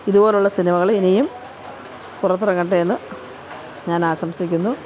ഇതു പോലെയുള്ള സിനിമകൾ ഇനിയും പുറത്തിറങ്ങട്ടെ എന്ന് ഞാൻ ആശംസിക്കുന്നു